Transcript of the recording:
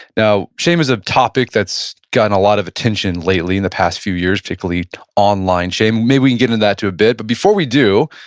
now shame is a topic that's gotten a lot of attention lately in the past few years, particularly online shaming, maybe we can get into that to a bit. but before we do,